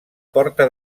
porta